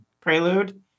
Prelude